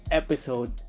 episode